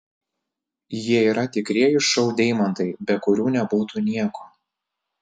jie yra tikrieji šou deimantai be kurių nebūtų nieko